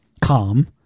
calm